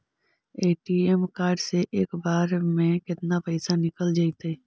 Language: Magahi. ए.टी.एम कार्ड से एक बार में केतना पैसा निकल जइतै?